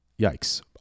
yikes